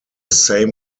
same